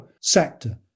sector